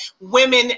women